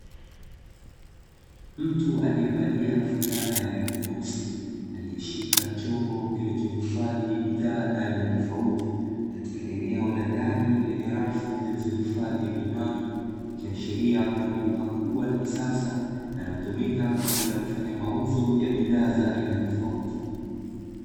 Mtu aliye valia fulana ya rangi nyeusi, aliyeshika chombo kilichohifadhi bidhaa na aina tofauti katika eneo la ndani la rafu lililo hifadhi vinywaji, ikiashiria kuwa ni duka kubwa la kisasa linalotumika kwajili ya kufanya mauzo ya aina tofauti.